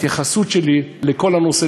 ההתייחסות שלי לכל הנושא,